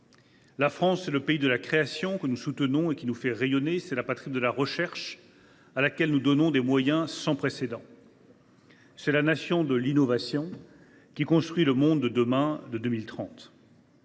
La France, c’est le pays de la création, que nous soutenons et qui nous fait rayonner. C’est la patrie de la recherche, à laquelle nous donnons des moyens sans précédent. C’est la nation de l’innovation, qui construit le monde de demain, celui de 2030.